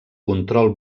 control